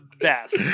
best